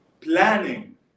planning